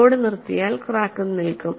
load നിർത്തിയാൽ ക്രാക്കും നിൽക്കും